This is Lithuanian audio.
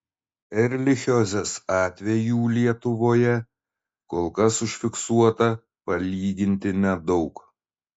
erlichiozės atvejų lietuvoje kol kas užfiksuota palyginti nedaug